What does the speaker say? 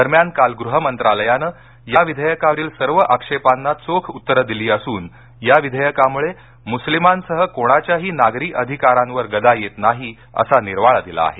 दरम्यान काल गृहमंत्रालयानं या विधेयकावरील सर्व आक्षेपांना चोख उत्तरं दिली असून या विधेयकामुळे मुस्लिमांसह कोणाच्याही नागरी अधिकारांवर गदा येत नाही असा निर्वाळा दिला आहे